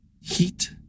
heat